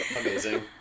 Amazing